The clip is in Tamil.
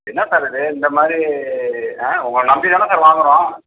என்ன சார் இது இந்தமாதிரி ஆ உங்களை நம்பிதானே சார் வாங்குகிறோம்